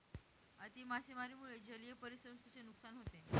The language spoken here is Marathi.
अति मासेमारीमुळे जलीय परिसंस्थेचे नुकसान होते